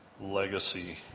Legacy